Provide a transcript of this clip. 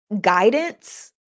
guidance